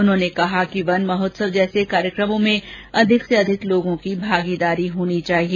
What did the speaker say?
उन्होंने कहा कि वन महोत्सव जैसे कार्यक्रमों में अधिक से अधिक लोगों की भागीदारी होनी चाहिए